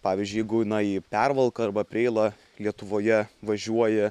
pavyzdžiui jeigu na į pervalką arba preilą lietuvoje važiuoja